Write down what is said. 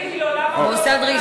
מוסד,